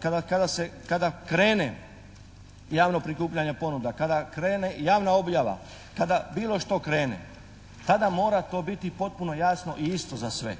kada se, kada krene javno prikupljanje ponuda, kada krene javna objava, kada bilo što krene? Tada mora to biti potpuno jasno i isto za sve.